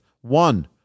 One